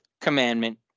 commandment